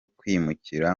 kwimukira